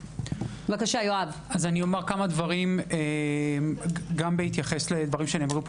אני אומר כמה דברים ביחס לדברים שנאמרו פה